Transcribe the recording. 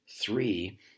Three